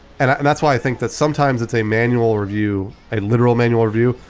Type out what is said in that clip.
and and that's why i think that sometimes it's a manual review a literal manual review,